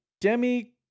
Demi